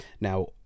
Now